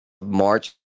March